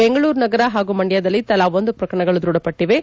ಬೆಂಗಳೂರು ನಗರ ಹಾಗೂ ಮಂಡ್ಕದಲ್ಲಿ ತಲಾ ಒಂದು ಪ್ರಕರಣಗಳು ದ್ಬಢಪಟ್ಟಿವೆ